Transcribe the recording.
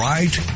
Right